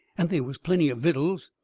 and they was plenty of vittles.